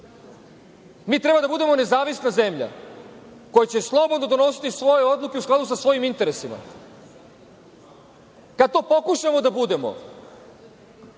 Mi treba da budemo nezavisna zemlja koja će slobodno donositi svoje odluke u skladu sa svojim interesima. Kada to pokušamo da budemo,